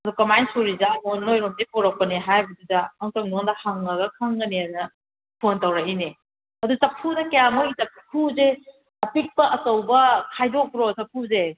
ꯑꯗꯨ ꯀꯃꯥꯏꯅ ꯁꯨꯔꯤꯖꯥꯠꯅꯣ ꯅꯣꯏꯔꯣꯝꯗꯩ ꯄꯣꯔꯛꯄꯅꯦ ꯍꯥꯏꯕꯗꯨꯗ ꯑꯝꯇꯪ ꯅꯉꯣꯟꯗ ꯍꯪꯉꯒ ꯈꯪꯒꯅꯦꯅ ꯐꯣꯟ ꯇꯧꯔꯛꯏꯅꯦ ꯑꯗꯨ ꯆꯐꯨꯗ ꯀꯌꯥꯃꯨꯛ ꯆꯐꯨꯁꯦ ꯑꯄꯤꯛꯄ ꯑꯆꯧꯕ ꯈꯥꯏꯗꯣꯛꯄ꯭ꯔꯣ ꯆꯐꯨꯁꯦ